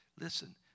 Listen